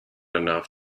enough